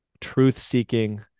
truth-seeking